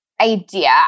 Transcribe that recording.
idea